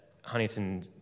Huntington